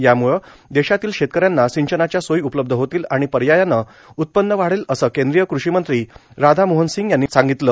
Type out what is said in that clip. यामुळे देशातील शेतक यांना सिंचनाच्या सोयी उपलब्ध होतील आणि पर्यायाने उत्पन्न वाढेल असे केंद्रीय कृषीमंत्री राधामोहन सिंग यांनी सांगितलं